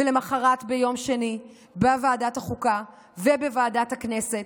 ולמוחרת ביום שני בוועדת החוקה ובוועדת הכנסת.